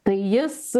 tai jis